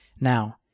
Now